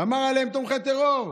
אמר עליהם "תומכי טרור"